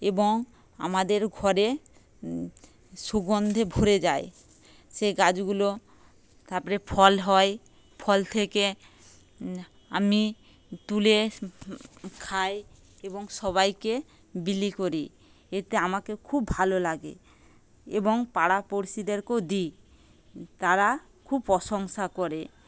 এবং আমাদের ঘর সুগন্ধে ভরে যায় সেই গাছগুলো তারপরে ফল হয় ফল থেকে আমি তুলে খাই এবং সবাইকে বিলি করি এতে আমাকে খুব ভালো লাগে এবং পাড়াপড়শিদেরকেও দিই তারা খুব প্রশংসা করে